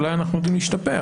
אולי אנחנו יודעים להשתפר,